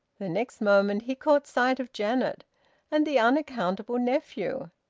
the next moment he caught sight of janet and the unaccountable nephew,